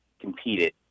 competed